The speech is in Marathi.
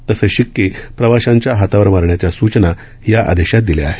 तसे शिक्के प्रवाशांच्या हातावर मारण्याच्या सूचना या आदेशात दिल्या आहेत